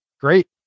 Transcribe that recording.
great